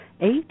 eight